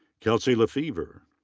kelsey lefever.